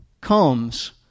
comes